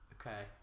okay